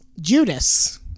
Judas